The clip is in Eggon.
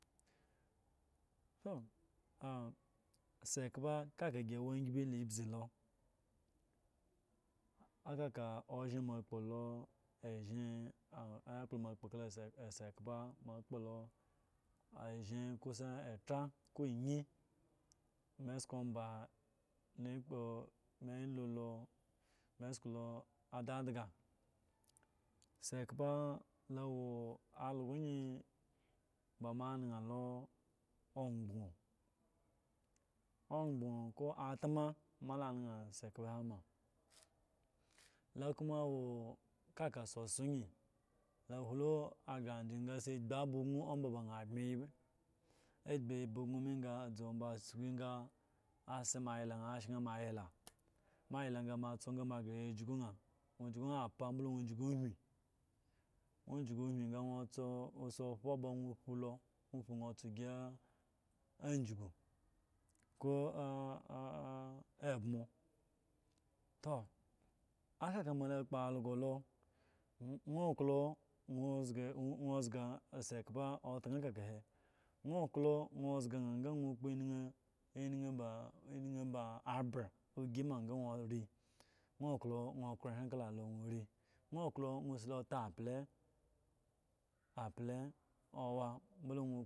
Saikpa kak gi wangbi la ebzi loo ekaka oshin moa kpolo eshin ayakpo moa akpo kla esikp moa kpoloo eshin kusa etra ko eyin me esku amba me kpo me lolo me esku lo adaga sikpa la awo algo ayin ba moa añsa lo egbo ogboo ko atama moa la nan sikpa he ma la koma awo kaka soso ne lo hlu gre jigi nga lo agbi aba gno omba gan ambye abi aba gno me ga dzo mba fi san asi moa ayla shan moa ayala ma moa yla ga moa dzo gre ya jugu ña moa jugu ohin ga nwo si opoo oba nwo opo nwo po la nwo dzo si ajugu ko ee embo to ekaka ba moa la kppo also lo awo nwo ozga na ga okpo enin ape osi ma sa nwo ori nwo klo nwo kro hen kala lo ori nwo klo nwo si lo tapeli